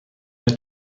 der